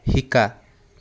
শিকা